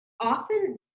often